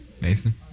Mason